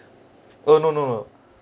oh no no no